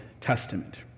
Testament